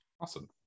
Awesome